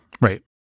right